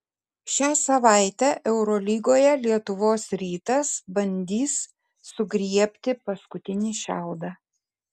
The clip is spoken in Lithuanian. šią savaitę eurolygoje lietuvos rytas bandys sugriebti paskutinį šiaudą